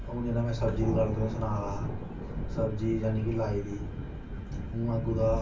उनें दिनें में सब्ज़ी दी गल्ल तुसेंगी सना दा हा सब्ज़ी जानी की लाई दी उआं कुदै